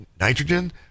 nitrogen